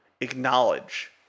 acknowledge